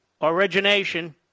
Origination